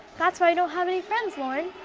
that's why you don't have any friends, lauren.